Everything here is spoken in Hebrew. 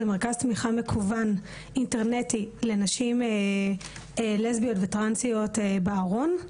זה מרכז תמיכה מקוון אינטרנטי לנשים לסביון וטרנסיות בארון.